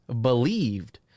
believed